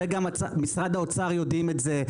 גם משרד האוצר יודעים את זה,